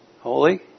Holy